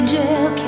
Angel